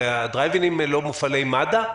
האם מתקני הבדיקות בדרייב-אין לא מופעלים על ידי מד"א?